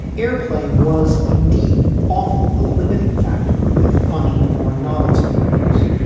airplay was indeed often the limiting factor with funny or novelty records.